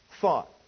thought